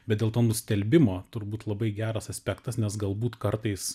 bet dėl to nustelbimo turbūt labai geras aspektas nes galbūt kartais